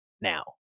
now